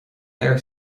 léir